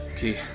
Key